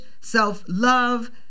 self-love